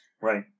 Right